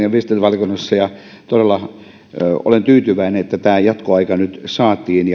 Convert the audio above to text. ja viestintävaliokunnassa ja olen tyytyväinen että tämä jatkoaika nyt saatiin